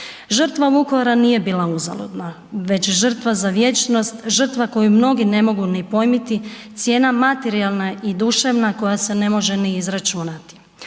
Žrtva Vukovara nije bila uzaludna, već žrtva za vječnost, žrtva koju mnogi ne mogu ni pojmiti, cijena materijalna i duševna koja se ne može ni izračunati.